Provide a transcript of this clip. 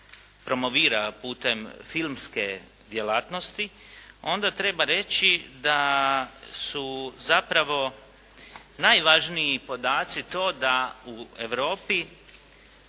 promovira putem filmske djelatnosti, onda treba reći da su zapravo najvažniji podaci to da u Europi